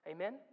Amen